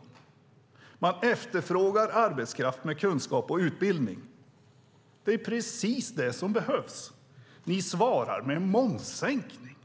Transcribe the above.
Arbetsgivarna efterfrågar arbetskraft med kunskap och utbildning. Det är precis vad som behövs. Ni svarar med en momssänkning.